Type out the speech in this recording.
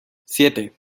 siete